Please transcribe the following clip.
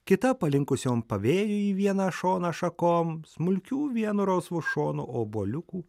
kita palinkusiom pavėjui į vieną šoną šakom smulkių vieno rausvo šono obuoliukų